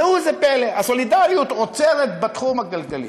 ראו זה פלא: הסולידריות נעצרת בתחום הכלכלי.